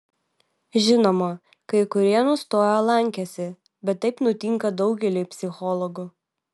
žinoma kai kurie nustojo lankęsi bet taip nutinka daugeliui psichologų